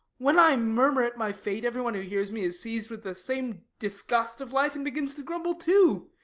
when i murmur at my fate every one who hears me is seized with the same disgust of life and begins to grumble too.